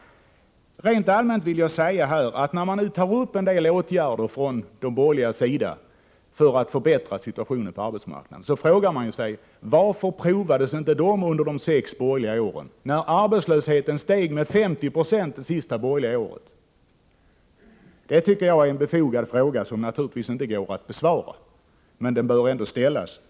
När de borgerliga föreslår vissa åtgärder för att förbättra situationen på arbetsmarknaden kan man fråga sig: Varför vidtogs inte dessa åtgärder under de sex borgerliga åren då arbetslösheten steg med 50 96 under det sista borgerliga året? Det tycker jag är en befogad fråga som naturligtvis inte går att besvara, men den bör ändå ställas.